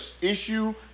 issue